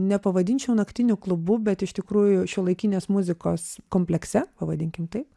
nepavadinčiau naktiniu klubu bet iš tikrųjų šiuolaikinės muzikos komplekse pavadinkim taip